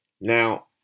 Now